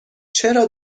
چرا